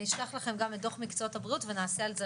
אני אשלח לכם גם את דו"ח מקצועות הבריאות ונעשה על זה,